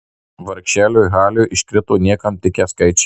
vargšeliui haliui iškrito niekam tikę skaičiai